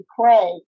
pray